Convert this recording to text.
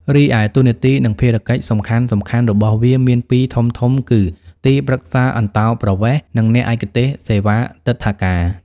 រីឯ តួនាទី និងភារកិច្ចសំខាន់ៗរបស់វាមានពីរធំៗគឺ ទីប្រឹក្សាអន្តោប្រវេសន៍ និងអ្នកឯកទេសសេវាទិដ្ឋាការ។